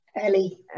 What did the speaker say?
Ellie